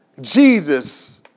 Jesus